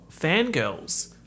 Fangirls